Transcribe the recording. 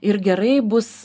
ir gerai bus